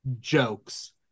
jokes